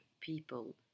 people